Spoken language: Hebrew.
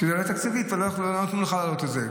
שזו עלות תקציבית, ולא נתנו לך להעלות את זה.